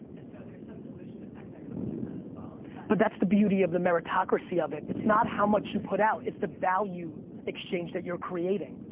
and so there's some dilution effect that comes from that as well. but that's the beauty of the meritocracy of it. it's not how much you put out, it's the value exchange that you're creating.